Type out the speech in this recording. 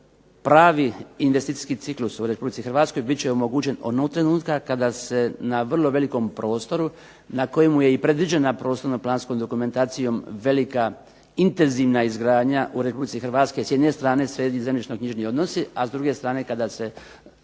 pravi investicijski ciklus u Republici Hrvatskoj bit će omogućen onog trenutka kada se na vrlo velikom prostoru na kojemu je i predviđena prostorno-planskom dokumentacijom velika intenzivna izgradnja u Republici Hrvatske, s jedne strane sredi zemljišno-knjižni odnosi, a s druge strane kada se